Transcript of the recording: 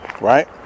right